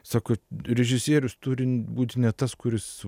sako režisierius turi būti ne tas kuris